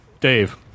Dave